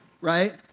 right